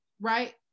right